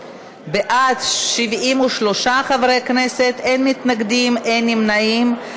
בעד, 73 חברי כנסת, אין מתנגדים, אין נמנעים.